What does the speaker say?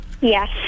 Yes